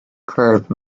curve